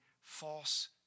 false